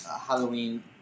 Halloween